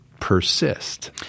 persist